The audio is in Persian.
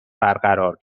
برقرار